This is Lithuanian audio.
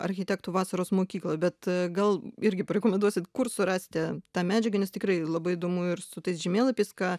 architektų vasaros mokykla bet gal irgi parekomenduosit kur surasti tą medžiagą nes tikrai labai įdomu ir su tais žemėlapis ką